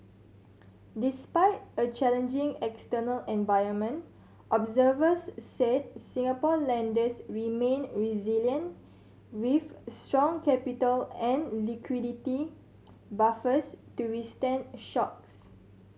despite a challenging external environment observers said Singapore lenders remain resilient with strong capital and liquidity buffers to withstand shocks